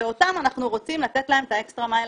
ולהם אנחנו רוצים לתת את האקסטרה מייל